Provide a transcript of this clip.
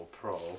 Pro